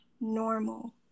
normal